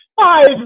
five